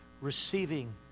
receiving